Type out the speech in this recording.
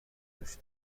دوس